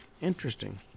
interesting